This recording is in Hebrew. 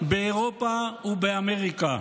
באירופה ובאמריקה.